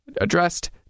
addressed